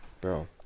bro